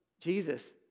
Jesus